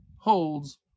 holds